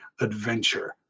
adventure